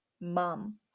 Mom